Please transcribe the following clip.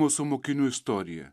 mūsų mokinių istorija